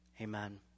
amen